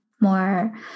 more